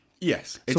Yes